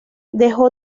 dejó